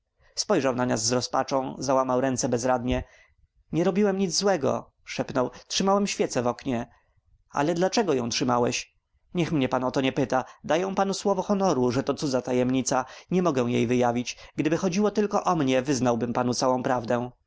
spojrzał na nas z rozpaczą załamał ręce bezradnie nie robiłem nic złego szepnął trzymałem świecę w oknie a dlaczego ją trzymałeś niech mnie pan o to nie pyta daję panu słowo honoru że to cudza tajemnica nie mogę jej wyjawić gdyby chodziło tylko o mnie wyznałbym panu całą prawdę